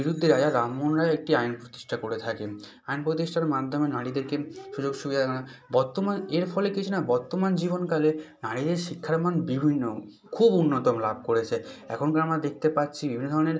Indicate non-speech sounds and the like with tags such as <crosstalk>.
বিরুদ্ধে রাজা রামমোহন রায় একটি আইন প্রতিষ্ঠা করে থাকেন আইন প্রতিষ্ঠার মাধ্যমে নারীদেরকে সুযোগ সুবিধা <unintelligible> বর্তমান এর ফলে কিছু না বর্তমান জীবনকালে নারীদের শিক্ষার মান বিভিন্ন খুব উন্নত লাভ করেছে এখনকার আমরা দেখতে পাচ্ছি বিভিন্ন ধরনের